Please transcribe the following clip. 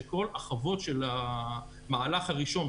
שכל החוות של המהלך הראשון,